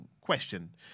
Question